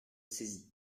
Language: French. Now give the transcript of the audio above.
saisit